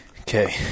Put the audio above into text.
Okay